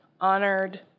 honored